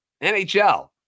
NHL